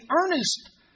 earnest